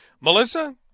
Melissa